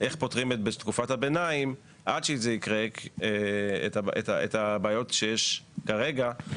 איך פותרים בתקופת הביניים עד שזה יקרה את הבעיות שיש כרגע,